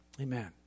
Amen